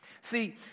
see